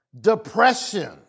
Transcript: Depression